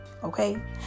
Okay